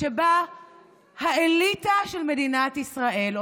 שבה האליטה של מדינת ישראל,